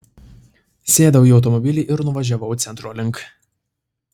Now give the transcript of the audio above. sėdau į automobilį ir nuvažiavau centro link